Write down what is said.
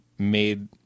Made